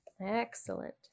Excellent